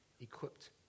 equipped